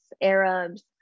Arabs